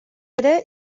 ere